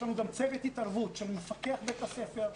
יש לנו גם צוות התערבות של מפקח בית הספר,